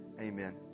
amen